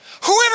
Whoever